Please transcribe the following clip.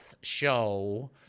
show